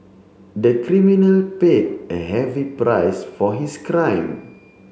the criminal paid a heavy price for his crime